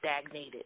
stagnated